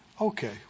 Okay